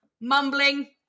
mumbling